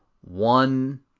one